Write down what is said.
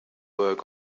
work